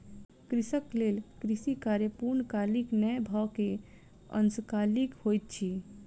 कृषक लेल कृषि कार्य पूर्णकालीक नै भअ के अंशकालिक होइत अछि